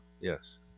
Yes